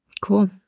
Cool